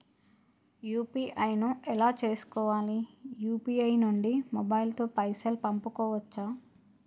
UPI ను ఎలా చేస్కోవాలి యూ.పీ.ఐ నుండి మొబైల్ తో పైసల్ పంపుకోవచ్చా?